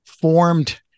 formed